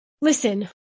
Listen